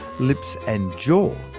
lips, and jaw,